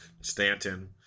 Stanton